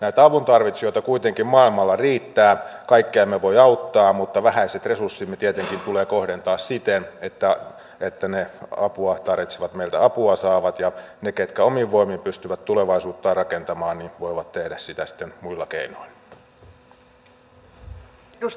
näitä avuntarvitsijoita kuitenkin maailmalla riittää kaikkia emme voi auttaa mutta vähäiset resurssimme tietenkin tulee kohdentaa siten että ne apua tarvitsevat meiltä apua saavat ja ne ketkä omin voimin pystyvät tulevaisuuttaan rakentamaan voivat tehdä sitä sitten muilla keinoilla